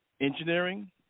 engineering